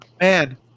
Man